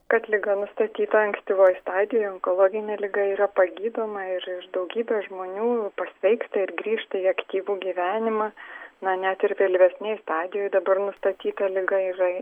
kad liga nustatyta ankstyvoj stadijoj onkologinė liga yra pagydoma ir ir daugybė žmonių pasveiksta ir grįžta į aktyvų gyvenimą na net ir vėlyvesnėj stadijoj dabar nustatyta liga yra